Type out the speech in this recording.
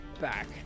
back